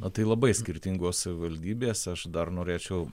na tai labai skirtingos savivaldybės aš dar norėčiau